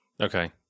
Okay